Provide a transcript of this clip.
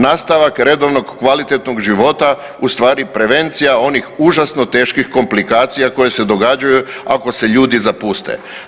Nastavak redovnog kvalitetnog života u stvari prevencija onih užasno teških komplikacija koje se događaju ako se ljudi zapuste.